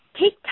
Take